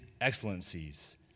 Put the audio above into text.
excellencies